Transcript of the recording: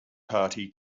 party